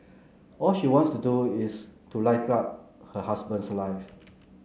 all she wants to do is to light up her husband's life